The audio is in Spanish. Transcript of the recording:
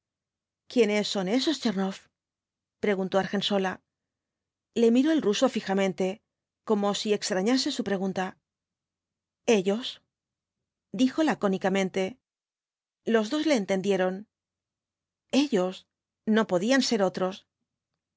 quiénes son esos tchernoff preguntó argensola le miró el ruso fijamente como si extrañase su pregunta ellos dijo lacónicamente los dos le entendieron ellos no podían ser otros